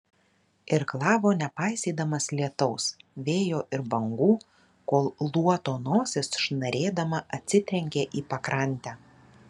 irklavo nepaisydamas lietaus vėjo ir bangų kol luoto nosis šnarėdama atsitrenkė į pakrantę